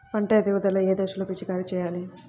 పంట ఎదుగుదల ఏ దశలో పిచికారీ చేయాలి?